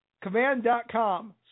Command.com